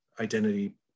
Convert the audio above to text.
identity